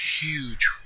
huge